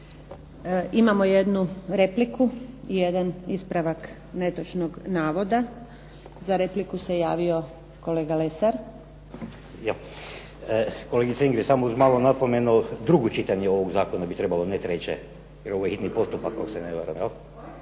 Imamo jednu repliku i jedan ispravak netočnog navoda. Za repliku se javio kolega Lesar. **Lesar, Dragutin (Nezavisni)** Kolegice Ingrid, samo uz malu napomenu drugo čitanje ovog zakona bi trebalo a ne treće jer ovo je hitni postupak ako se ne varam.